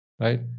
right